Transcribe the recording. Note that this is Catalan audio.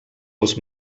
els